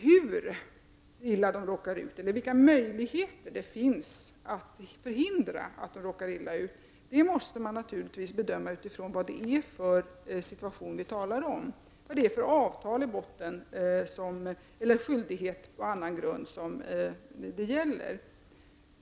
Hur illa de råkar ut, eller vilka möjligheter det finns att förhindra att de råkar illa ut, måste naturligtvis bedömas utifrån vilken situation vi talar om, t.ex. vilka avtal som finns och vilka skyldigheter dessa människor har.